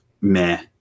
meh